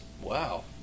Wow